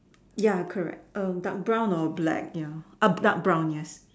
ya correct brown or black dark brown ya